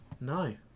No